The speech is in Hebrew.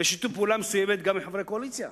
ובשיתוף פעולה מסוים גם עם חברי הקואליציה,